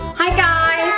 hi guys,